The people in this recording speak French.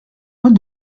rue